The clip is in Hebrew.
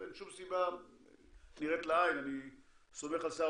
אין שום סיבה נראית לעין אני סומך על שר